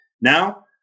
Now